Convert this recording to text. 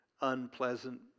unpleasant